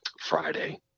Friday